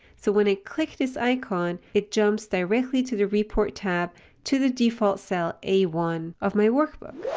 so when i click this icon, it jumps directly to the report tab to the default cell a one of my workbook.